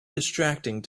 distracting